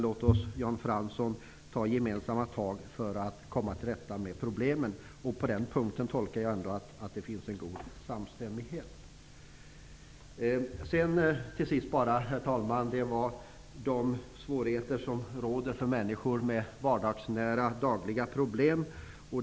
Låt oss, Jan Fransson, ta gemensamma tag för att komma till rätta med problemen. På den punkten gör jag tolkningen att det finns en god samstämmighet. Till sist de svårigheter som råder för människor med vardagsnära dagliga problem.